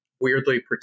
weirdly